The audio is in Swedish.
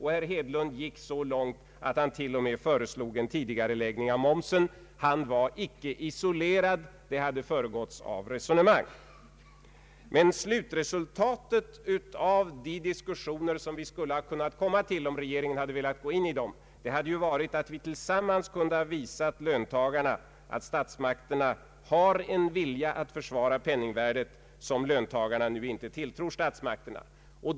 Herr Hedlund gick så långt att han till och med föreslog en tidigareläggning av momshöjningen — han var icke isolerad, förslaget hade föregåtts av resonemang. Men slutresultatet av de diskussioner som hade kunnat komma till stånd om regeringen velat medverka hade ju varit att vi tillsammans hade kunnat visa löntagarna att statsmakterna har en vilja att försvara penningvärdet, en vilja som löntagarna nu inte tilltror statsmakterna.